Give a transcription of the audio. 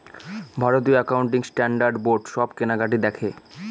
ভারতীয় accounting standard board সব কেনাকাটি দেখে